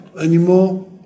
anymore